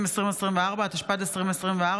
התשפ"ד 2024,